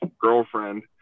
girlfriend